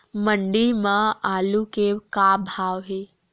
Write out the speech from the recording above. मंडी म आलू के का भाव हे?